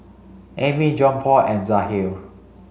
Ammie Johnpaul and Jahir